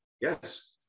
Yes